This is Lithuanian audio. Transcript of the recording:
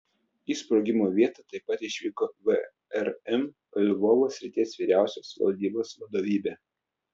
į sprogimo vietą taip pat išvyko vrm lvovo srities vyriausios valdybos vadovybė